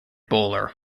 bowler